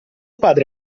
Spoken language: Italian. padre